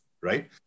Right